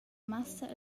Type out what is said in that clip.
massa